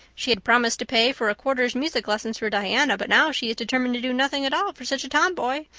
she had promised to pay for a quarter's music lessons for diana, but now she is determined to do nothing at all for such a tomboy.